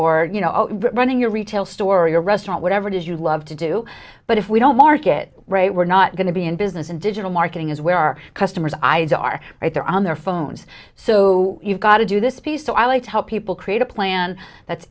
or you know running your retail store your restaurant whatever it is you love to do but if we don't market right we're not going to be in business and digital marketing is where our customers eyes are right there on their phones so you've got to do this piece so i like to help people create a plan that